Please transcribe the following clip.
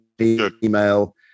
email